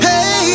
Hey